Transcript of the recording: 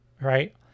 right